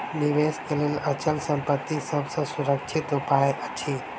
निवेश के लेल अचल संपत्ति सभ सॅ सुरक्षित उपाय अछि